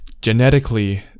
Genetically